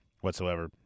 whatsoever